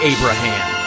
Abraham